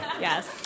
Yes